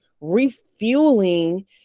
refueling